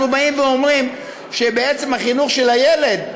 אנחנו אומרים שבעצם החינוך של הילד,